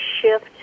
shift